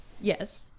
Yes